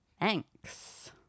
Thanks